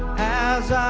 as